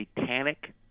satanic